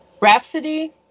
Rhapsody